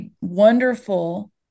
wonderful